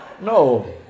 No